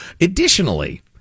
Additionally